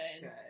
good